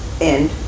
end